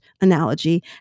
analogy